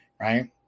right